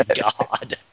god